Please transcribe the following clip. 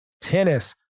tennis